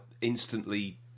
instantly